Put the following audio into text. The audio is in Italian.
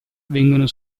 vengono